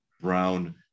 Brown